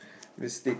Mystic